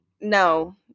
No